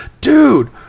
Dude